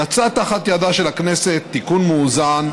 יצא תחת ידה של הכנסת תיקון מאוזן,